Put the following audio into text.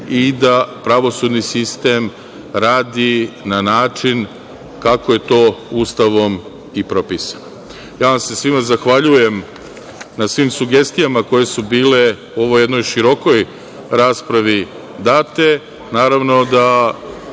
i da pravosudni sistem radi na način kako je to Ustavom i propisano. Ja vam se svima zahvaljujem, na svim sugestijama koje su bile u ovoj jednoj širokoj raspravi date.